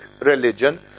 religion